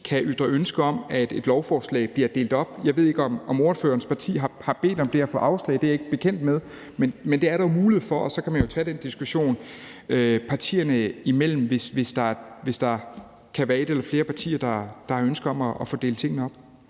kan ytre ønske om, at et lovforslag bliver delt op. Jeg ved ikke, om ordførerens parti har bedt om det og fået afslag – det er jeg ikke bekendt med. Men det er der jo mulighed for, og så kan man tage den diskussion partierne imellem, hvis der er et eller flere partier, der har ønske om at få delt tingene op.